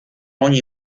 ogni